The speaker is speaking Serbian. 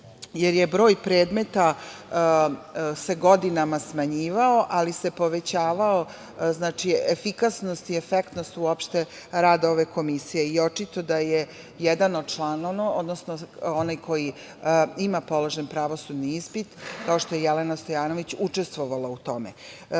jer se broj predmeta godinama smanjivao, ali se povećavala efikasnost i efektnost rada ove komisije. Očito da je jedan od članova, odnosno onaj ko ima položen pravosudni ispit, kao što je Jelena Stojanović, učestvovala u tome. Drugi